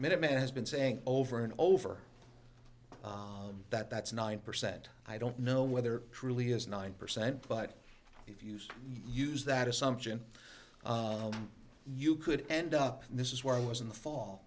minimum has been saying over and over that that's nine percent i don't know whether truly is nine percent but if used use that assumption you could end up and this is where i was in the fall